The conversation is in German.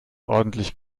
ordentlich